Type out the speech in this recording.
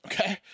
Okay